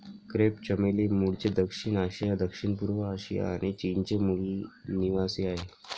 crepe चमेली मूळचे दक्षिण आशिया, दक्षिणपूर्व आशिया आणि चीनचे मूल निवासीआहे